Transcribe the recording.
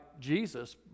Jesus